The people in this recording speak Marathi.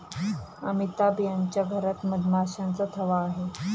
अमिताभ यांच्या घरात मधमाशांचा थवा आहे